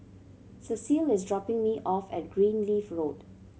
Cecil is dropping me off at Greenleaf Road